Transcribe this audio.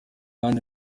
ange